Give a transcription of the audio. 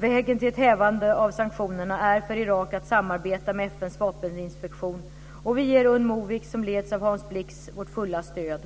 Vägen till ett hävande av sanktionerna är för Irak att samarbeta med FN:s vapeninspektion, och vi ger Unmovic, som leds av Hans Blix, vårt fulla stöd.